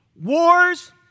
Wars